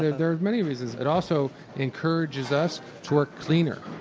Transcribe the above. there there are many reasons. it also encourages us to work cleaner.